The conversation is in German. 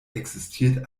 existiert